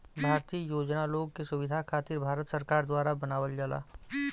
भारतीय योजना लोग के सुविधा खातिर भारत सरकार द्वारा बनावल जाला